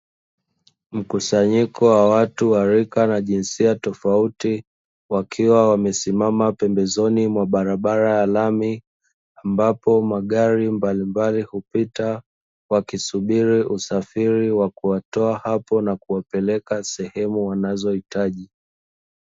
Mkusanyiko wa watu wa rika na jinsia tofauti wakiwa wamesimama pembezoni mwa barabara ya lami, ambapo magari mbalimbali hupita, wakisubiri usafiri wa kuwatoa hapo na kuwapeleka sehemu wanazohitaji.